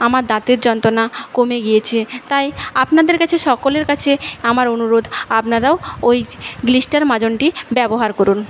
আমার দাঁতের যন্ত্রণা কমে গিয়েছে তাই আপনাদের কাছে সকলের কাছে আমার অনুরোধ আপনারাও ওই গ্লিস্টার মাজনটি ব্যবহার করুন